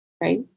Right